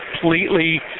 completely